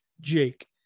Jake